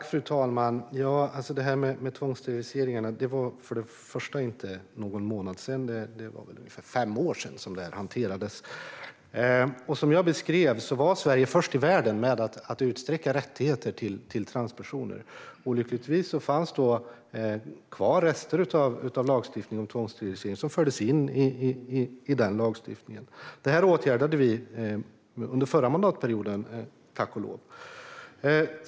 Fru talman! Det var väl ungefär fem år sedan som frågan om tvångssteriliseringarna hanterades - inte för någon månad sedan. Som jag beskrev tidigare var Sverige först i världen med att utsträcka rättigheter till transpersoner. Olyckligtvis fanns då kvar rester av lagstiftning om tvångssterilisering som fördes in i den lagstiftningen. Det åtgärdades under förra mandatperioden - tack och lov.